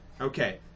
Okay